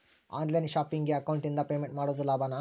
On line ಶಾಪಿಂಗಿಗೆ ಅಕೌಂಟಿಂದ payment ಮಾಡೋದು ಲಾಭಾನ?